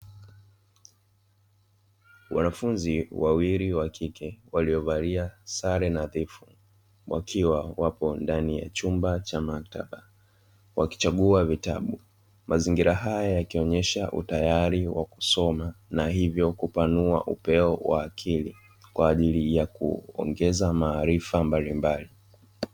Wanafunzi wawili wa kike waliovalia sare nadhifu wakiwa wapo ndani ya chumba cha maktaba wakichagua vitabu. Mazingira haya yakionyesha utayari wa kusoma na hivyo kupanua upeo wa akili kwaajili ya kuongeza maarifa mbalimbali.